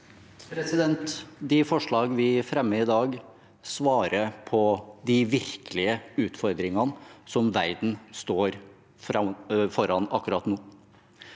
De forslagene vi fremmer i dag, svarer på de virkelige utfordringene som verden står foran akkurat nå.